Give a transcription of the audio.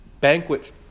banquet